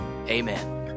Amen